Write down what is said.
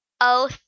Oh